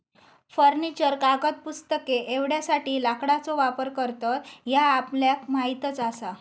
furniture, कागद, पुस्तके एवढ्यासाठी लाकडाचो वापर करतत ह्या आपल्याक माहीतच आसा